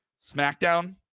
smackdown